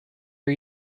are